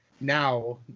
now